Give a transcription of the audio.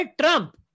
Trump